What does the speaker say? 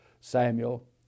Samuel